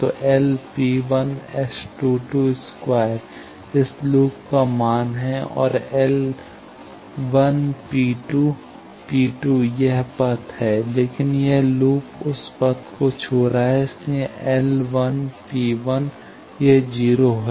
तो L P1 S222 इस loop का मान है और L P2 P2 यह पथ है लेकिन यह लूप उस पथ को छू रहा है इसीलिए L P20 है